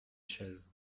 chaise